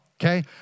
okay